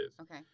Okay